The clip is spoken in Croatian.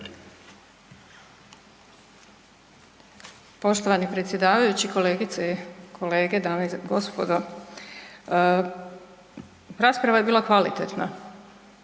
Poštovani predsjedavajući, kolegice i kolege, dame i gospodo. Rasprava je bila kvalitetna.